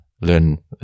learn